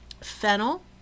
Fennel